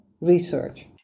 research